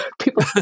people